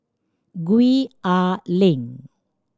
Gwee Ah Leng